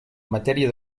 matèria